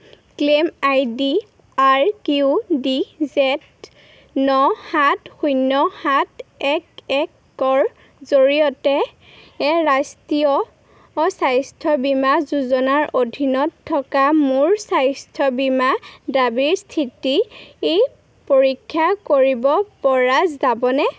claim I D R Q D Z ন সাত শূন্য সাত এক এক কৰ জৰিয়তে ৰাষ্ট্ৰীয় স্বাস্থ্য বীমা যোজনাৰ অধীনত থকা মোৰ স্বাস্থ্য বীমা দাবীৰ স্থিতি ই পৰীক্ষা কৰিব পৰা যাবনে